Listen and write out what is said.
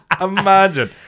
Imagine